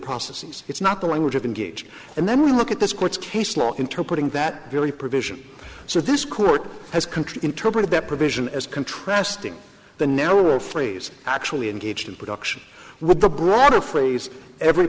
processes it's not the language of engage and then we look at this court case law interpreting that very provision so this court has country interpreted that provision as contrasting the narrower phrase actually engaged in production with the broader phrase every